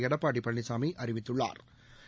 எடப்பாடி பழனிசாமி அறிவித்துள்ளாா்